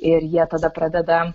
ir jie tada pradeda